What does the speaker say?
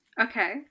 Okay